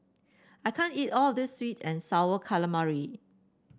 I can't eat all of this sweet and sour calamari